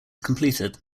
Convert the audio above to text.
completed